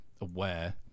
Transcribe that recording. aware